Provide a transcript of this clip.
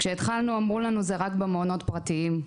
כשהתחלנו אמרו לנו שזה רק במעונות הפרטיים,